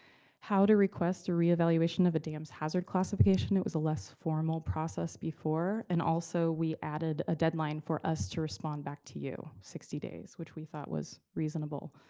how to request a reevaluation of a dam's hazard classification. it was a less formal process before, and also, we added a deadline for us to respond back to you sixty days, which we thought was reasonable.